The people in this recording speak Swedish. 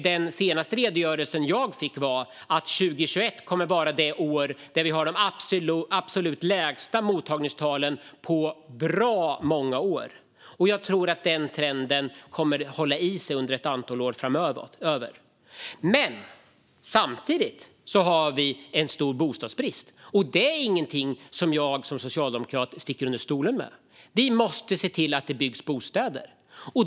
Den senaste redogörelsen jag fick var att 2021 kommer att vara det år där vi har de absolut lägsta mottagningstalen på bra många år. Jag tror att den trenden kommer att hålla i sig under ett antal år framöver. Samtidigt har vi en stor bostadsbrist. Det är ingenting som jag som socialdemokrat sticker under stolen med. Vi måste se till att det byggs bostäder.